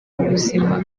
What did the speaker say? ubuzima